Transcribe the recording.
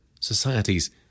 societies